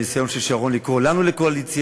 הניסיון של שרון לקרוא לנו לקואליציה